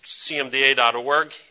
cmda.org